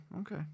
Okay